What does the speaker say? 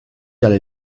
dalle